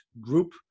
group